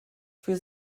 für